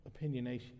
opinionation